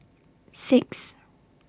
six